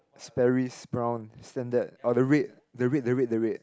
Sperry's brown standard or the red the red the red the red